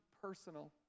personal